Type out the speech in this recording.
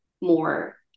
more